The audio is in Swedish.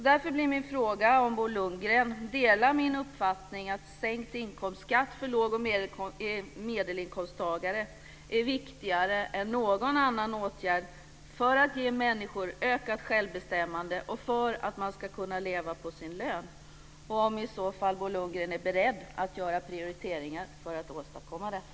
Därför blir min fråga om Bo Lundgren delar min uppfattning att sänkt inkomstskatt för låg och medelinkomsttagare är viktigare än någon annan åtgärd för att ge människor ökat självbestämmande och för att man ska kunna leva på sin lön och om i så fall Bo Lundgren är beredd att göra prioriteringar för att åstadkomma detta.